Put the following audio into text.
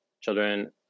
children